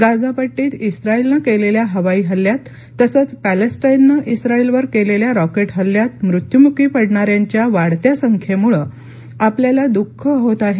Gaza पट्टीत इस्राइलने केलेल्या हवाई हल्ल्यात तसंच पॅलेस्टाइननं इस्राइलवर केलेल्या रॉकेट हल्ल्यात मृत्युमुखी पडणाऱ्यांच्या वाढत्या संख्येमुळे आपल्याला खूप दुःख होत आहे